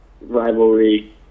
rivalry